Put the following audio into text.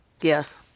yes